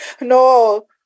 No